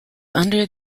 under